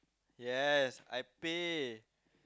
yes I pay